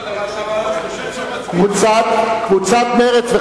אמרתי בגללכם, כי